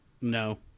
No